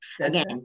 Again